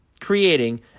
creating